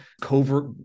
covert